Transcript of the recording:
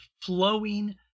flowing